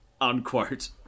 Unquote